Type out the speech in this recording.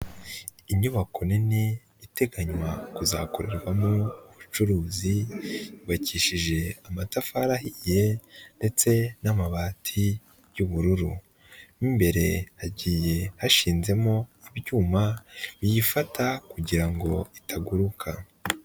Inyubako nini iteganywa kuzakorerwamo ubucuruzi yubakishije amatafari ahiye ndetse n'amabati y'ubururu, mo imbere hagiye hashinzemo ibyuma biyifata kugira ngo itaguruka.